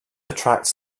attracts